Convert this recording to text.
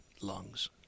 lungs